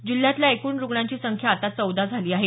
जिल्ह्यातल्या एकूण रुग्णांची संख्या आता चौदा झाली आहे